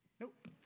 Nope